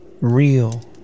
real